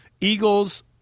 Eagles